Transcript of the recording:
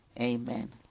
Amen